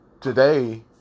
today